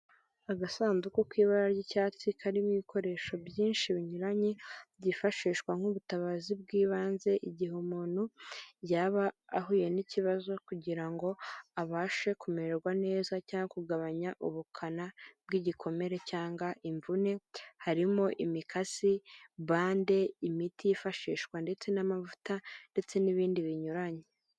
Agasanduku k'ibara ry'icyatsi karimo ibikoresho byinshi binyuranye byifashishwa nk'ubutabazi bw'ibanze igihe umuntu yaba ahuye n'ikibazo kugira ngo abashe kumererwa neza cyangwa kugabanya ubukana bw'igikomere cyangwa imvune. Harimo; imikasi, bande, imiti yifashishwa, amavuta ndetse n'ibindi binyuranye.